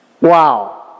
Wow